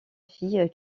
fille